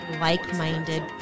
like-minded